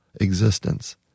existence